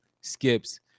Skip's